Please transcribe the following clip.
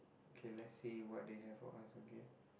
K let's see what they have for us okay